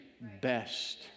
best